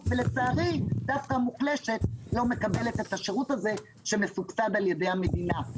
ולצערי דווקא החלק המוחלש לא מקבל את השירות הזה שמסובסד על ידי המדינה.